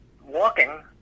walking